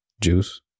Juice